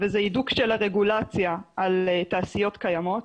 וזה הידוק של הרגולציה על תעשיות קיימות.